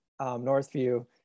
Northview